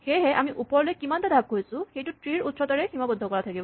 সেয়েহে আমি ওপৰলৈ কিমানটা ধাপ গৈছো সেইটো ট্ৰী ৰ উচ্চতাৰে সীমাবদ্ধ কৰা থাকিব